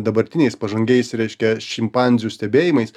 dabartiniais pažangiais reiškia šimpanzių stebėjimais